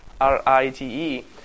R-I-T-E